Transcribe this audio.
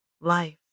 life